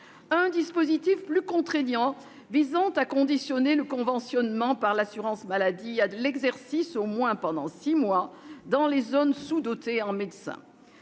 au dispositif plus contraignant visant à conditionner le conventionnement par l'assurance maladie des médecins à l'exercice au moins pendant six mois dans des zones sous-dotées en médecins.